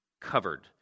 covered